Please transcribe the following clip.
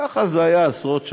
ככה זה היה עשרות שנים.